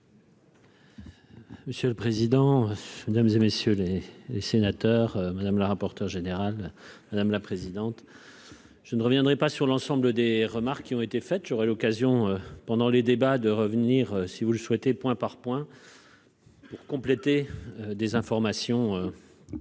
Monsieur le président, Mesdames et messieurs les sénateurs Madame la rapporteure générale, madame la présidente, je ne reviendrai pas sur l'ensemble des remarques qui ont été faites, j'aurai l'occasion pendant les débats de revenir si vous le souhaitez, point par point. Pour compléter des informations